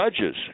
judges